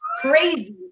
crazy